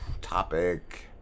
topic